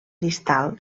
distal